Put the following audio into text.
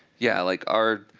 yeah, like, our